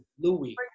Louis